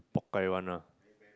pok kai one lah